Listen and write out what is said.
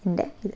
എൻ്റെ ഇത്